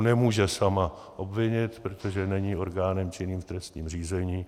Nemůže sama obvinit, protože není orgánem činným v trestním řízení.